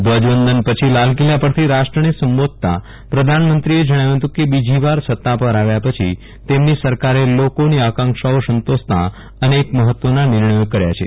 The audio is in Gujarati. ધ્વજવંદન પછી લાલકિલ્લા પરથી રાષ્ટ્રને સંબોધતા પ્રધાનમંત્રીએ જજ્જાવ્યું હતું કે બીજી વાર સત્તા પર આવ્યા પછી તેમની સરકારે લોકોની આંકાક્ષાઓ સંતોષતા અનેક મહત્વના નિર્ણયો કર્યા છે